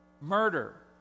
murder